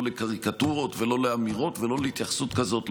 לקריקטורות ולא לאמירות ולא להתייחסות כזאת,